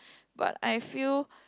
but I feel